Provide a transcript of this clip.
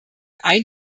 ein